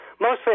mostly